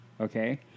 okay